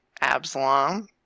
Absalom